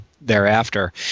thereafter